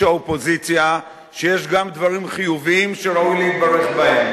האופוזיציה שיש גם דברים חיוביים שראוי להתברך בהם.